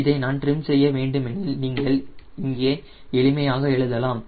இதை நான் ட்ரிம் செய்ய வேண்டுமெனில் நீங்கள் இங்கே எளிமையாக எழுதலாம்